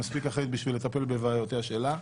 ומספיק אחראית בשביל לטפל בבעיותיה שלה,